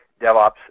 DevOps